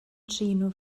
trin